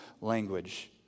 language